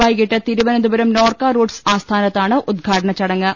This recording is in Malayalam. വൈകീട്ട് തിരുവനന്തപുരം നോർക്കാ റൂട്സ് ആസ്ഥ ാനത്താണ് ഉദ്ഘാടന ചടങ്ങ്